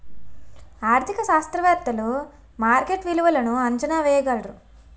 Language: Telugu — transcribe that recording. ఆర్థిక శాస్త్రవేత్తలు మార్కెట్ విలువలను అంచనా వేయగలరు